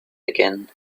again